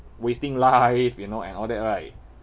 wasting life you know and all that right